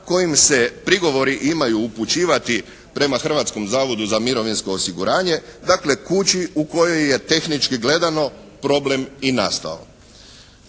kojim se prigovori imaju upućivati prema Hrvatskom zavodu za mirovinsko osiguranje, dakle kući u kojoj je tehnički gledano problem i nastao,